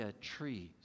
trees